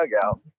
dugout